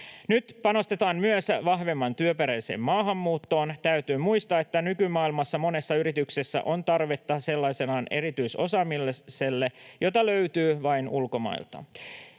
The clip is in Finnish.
Nyt panostetaan myös vahvemmin työperäiseen maahanmuuttoon. Täytyy muistaa, että nykymaailmassa monessa yrityksessä on tarvetta sellaisen alan erityisosaamiselle, jota löytyy vain ulkomailta.